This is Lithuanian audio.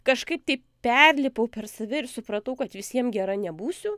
kažkaip taip perlipau per save ir supratau kad visiem gera nebūsiu